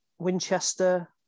Winchester